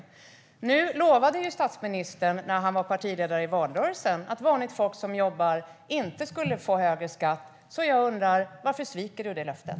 I valrörelsen lovade statsministern som partiledare att vanligt folk som jobbar inte skulle få högre skatt. Jag undrar därför varför han sviker det löftet.